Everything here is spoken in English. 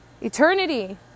Eternity